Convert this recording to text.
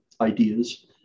Ideas